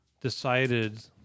decided